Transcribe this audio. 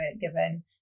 given